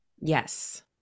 Yes